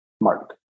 Mark